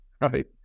Right